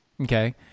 okay